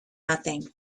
nothing